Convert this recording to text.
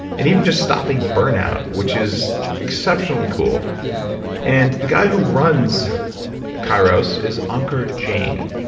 and even just stopping burnout which is exceptionally cool and the guy who runs kairos is ankur jain.